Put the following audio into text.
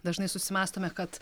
dažnai susimąstome kad